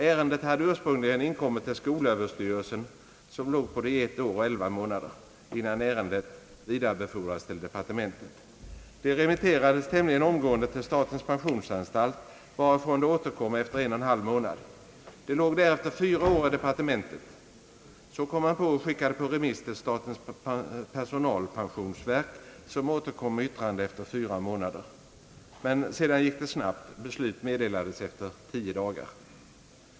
Ärendet hade ursprungligen inkommit till skolöverstyrelsen, som låg på det ett år och elva månader, innan ärendet vidarebefordrades till departementet. Det remitterades nästan omgående till statens pensionsanstalt, varifrån det återkom efter en och en halv månad, Det låg därefter fyra år i departementet. Så kom man på att skicka det på remiss till statens personalpensionsverk, som återkom med yttrande efter fyra månader. Men därefter gick det snabbt: beslut meddelades efter tio dagar.